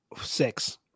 Six